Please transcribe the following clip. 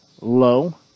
low